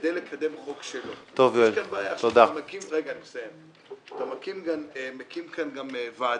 כדי לקדם חוק שלו - יש כאן בעיה - שאתה מקים כאן ועדה,